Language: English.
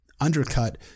undercut